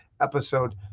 episode